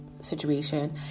situation